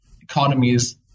economies